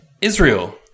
Israel